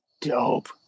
dope